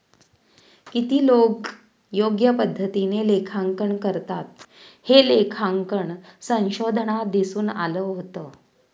किती लोकं योग्य पद्धतीने लेखांकन करतात, हे लेखांकन संशोधनात दिसून आलं होतं